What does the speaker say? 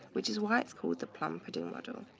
which is why it's called the plum pudding model.